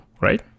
right